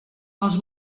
els